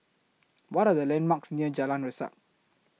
What Are The landmarks near Jalan Resak